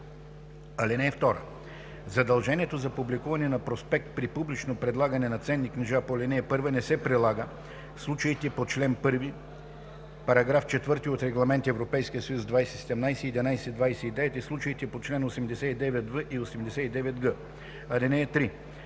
им. (2) Задължението за публикуване на проспект при публично предлагане на ценни книжа по ал. 1 не се прилага в случаите по чл. 1, параграф 4 от Регламент (ЕС) 2017/1129 и в случаите по чл. 89в и 89г. (3)